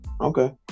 Okay